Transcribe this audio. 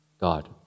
God